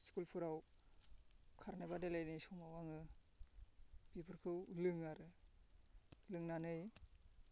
स्कुलफोराव खारनाय बादायलायनाय समाव आङो बेफोरखौ लोङो आरो लोंनानै